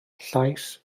llais